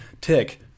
tick